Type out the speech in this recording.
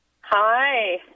Hi